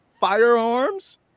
firearms